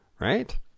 Right